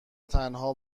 تنها